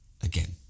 again